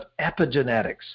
epigenetics